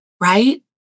right